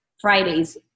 Fridays